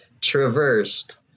traversed